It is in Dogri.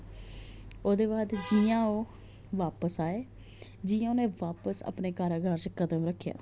ओह्दे बाद जि'यां ओह् बापस आए जि'यां उ'नें बापस अपने कारागार च कदम रखेआ